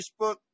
Facebook